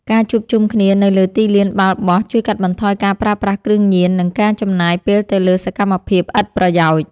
ការជួបជុំគ្នានៅលើទីលានបាល់បោះជួយកាត់បន្ថយការប្រើប្រាស់គ្រឿងញៀន និងការចំណាយពេលទៅលើសកម្មភាពឥតប្រយោជន៍។